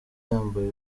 yambaye